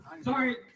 Sorry